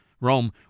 Rome